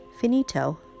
finito